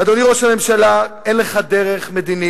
אדוני ראש הממשלה, אין לך דרך מדינית.